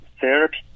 therapy